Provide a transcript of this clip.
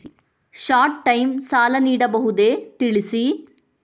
Short time ಸಾಲ ನೀಡಬಹುದೇ ತಿಳಿಸಿ?